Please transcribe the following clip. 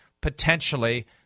potentially